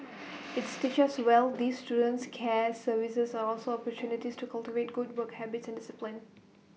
IT stitched well these students care services are also opportunities to cultivate good work habits and discipline